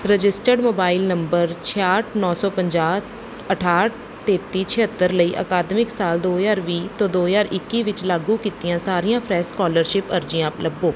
registered mobile number ਛਿਆਹਟ ਨੌ ਸੌ ਪੰਜਾਹ ਅਠਾਹਠ ਤੇਤੀ ਛਿਅੱਤਰ ਲਈ ਅਕਾਦਮਿਕ ਸਾਲ ਦੋ ਹਜ਼ਾਰ ਵੀਹ ਤੋਂ ਦੋ ਹਜ਼ਾਰ ਇੱਕੀ ਵਿੱਚ ਲਾਗੂ ਕੀਤੀਆਂ ਸਾਰੀਆਂ ਫਰੈਸ਼ ਸਕਾਲਰਸ਼ਿਪ ਅਰਜ਼ੀਆਂ ਲੱਭੋ